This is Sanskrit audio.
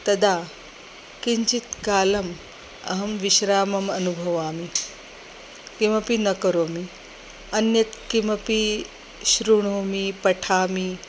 तदा किञ्चित् कालम् अहं विश्रामम् अनुभवामि किमपि न करोमि अन्यत् किमपि शृणोमि पठामि